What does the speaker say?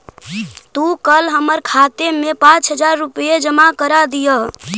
तू कल हमर खाते में पाँच हजार रुपए जमा करा दियह